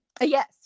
Yes